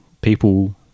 people